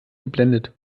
geblendet